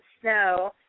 Snow